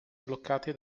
bloccati